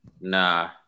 Nah